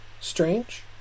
Strange